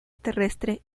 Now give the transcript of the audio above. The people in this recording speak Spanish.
terrestre